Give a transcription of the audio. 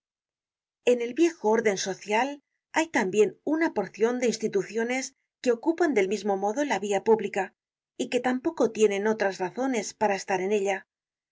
en el viejo orden social hay tambien una porcion de instituciones que ocupan del mismo modo la via pública y que tampoco tienen otras razones para estar en ella